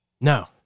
No